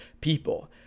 people